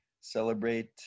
celebrate